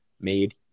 made